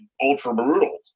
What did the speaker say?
ultra-brutal